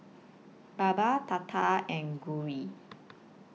Baba Tata and Gauri